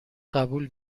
قبول